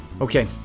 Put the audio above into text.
Okay